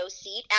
seat